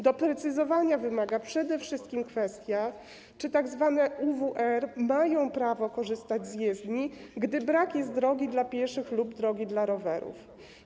Doprecyzowania wymaga przede wszystkim kwestia, czy osoby używające tzw. UWR mają prawo korzystać z jezdni, gdy brak jest drogi dla pieszych lub drogi dla rowerów.